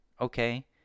okay